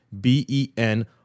b-e-n